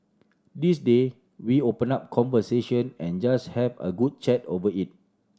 these day we open up conversation and just have a good chat over it